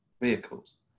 vehicles